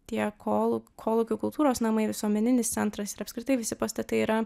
tie kol kolūkių kultūros namai visuomeninis centras ir apskritai visi pastatai yra